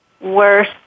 worse